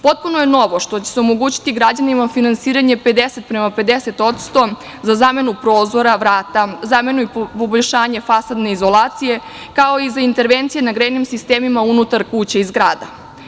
Potpuno je novo što će se omogućiti građanima finansiranje 50 prema 50% za zamenu prozora, vrata, zamenu i poboljšanje fasadne izolacije, kao i za intervencije na grejnim sistemima unutar kuća i zgrada.